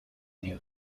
new